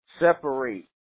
separate